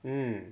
mm